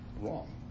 wrong